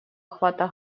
охвата